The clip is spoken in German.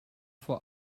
vor